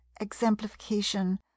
exemplification